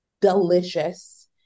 delicious